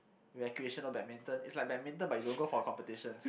recreational badminton it's like badminton but you don't go for competitions